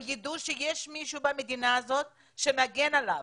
ידעו שיש מישהו במדינה הזאת שמגן עליהם.